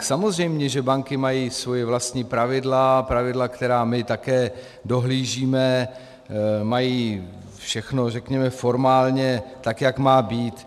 Samozřejmě že banky mají svoje vlastní pravidla, pravidla, která my také dohlížíme, mají všechno, řekněme, formálně, jak má být.